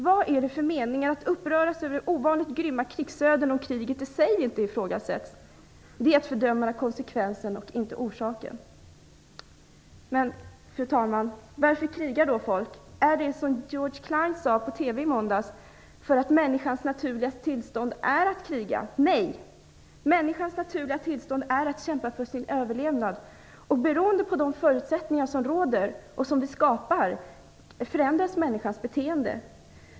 Vad är det för mening att uppröras över ovanligt grymma krigsöden om kriget i sig inte ifrågasätts? Det är att fördöma konsekvensen och inte orsaken. Fru talman! Varför krigar då folk? Är det, som Georg Klein sade på TV i måndags, därför att människans naturliga tillstånd är att kriga? Nej! Människans naturliga tillstånd är att kämpa för sin överlevnad. Och beroende på de förutsättningar som råder, som vi skapar, förändras människans beteende.